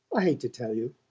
i hate to tell you.